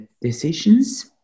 decisions